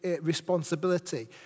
responsibility